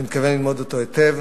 אני מתכוון ללמוד אותו היטב,